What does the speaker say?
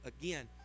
Again